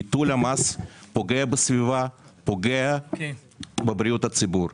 ביטול המס, פוגע בסביבה, פוגע בבריאות הציבור.